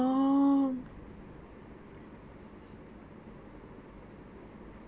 it's been so long